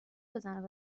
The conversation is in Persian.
بزن